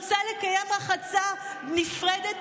רוצה לקיים רחצה נפרדת,